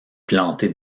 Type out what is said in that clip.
plantée